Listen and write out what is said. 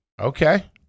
Okay